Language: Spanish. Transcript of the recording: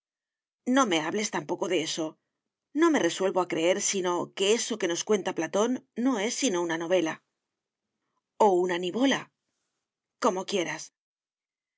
no me hables tampoco de eso no me resuelvo a creer sino que eso que nos cuenta platón no es sino una novela o una nivola como quieras